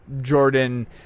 Jordan